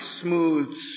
smooth